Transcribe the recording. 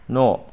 न'